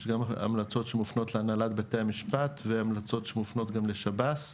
יש המלצות שמופנות להנהלת בתי המשפט והמלצות שמופנות גם לשב"ס.